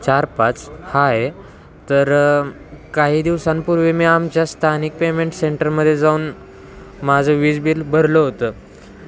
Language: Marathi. चार पाच हा आहे तरं काही दिवसांपूर्वी मी आमच्या स्थानिक पेमेंट सेंटरमध्ये जाऊन माझं वीज बिल भरलं होतं